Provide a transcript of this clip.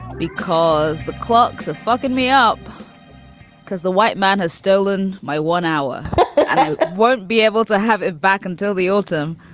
because the clocks are fucking me up because the white man has stolen my one hour i won't be able to have it back until the autumn.